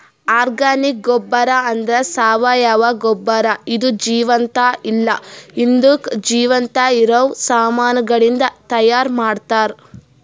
organic ಗೊಬ್ಬರ ಅಂದ್ರ ಸಾವಯವ ಗೊಬ್ಬರ ಇದು ಜೀವಂತ ಇಲ್ಲ ಹಿಂದುಕ್ ಜೀವಂತ ಇರವ ಸಾಮಾನಗಳಿಂದ್ ತೈಯಾರ್ ಮಾಡ್ತರ್